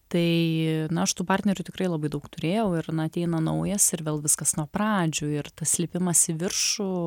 tai na aš tų partnerių tikrai labai daug turėjau ir na ateina naujas ir vėl viskas nuo pradžių ir tas lipimas į viršų